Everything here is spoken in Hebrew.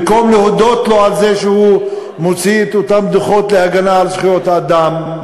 במקום להודות לו על זה שהוא מוציא את אותם דוחות להגנה על זכויות אדם,